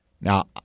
Now